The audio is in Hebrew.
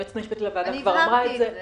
והיועצת המשפטית כבר הבהירה זאת,